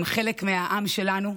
הם חלק מהעם שלנו,